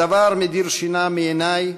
הדבר מדיר שינה מעיני,